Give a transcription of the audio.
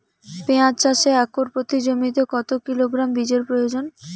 পেঁয়াজ চাষে একর প্রতি জমিতে কত কিলোগ্রাম বীজের প্রয়োজন?